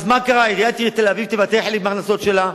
אז מה קרה אם עיריית תל-אביב תוותר על חלק מההכנסות שלה,